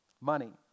money